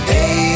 Hey